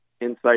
insight